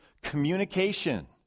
communication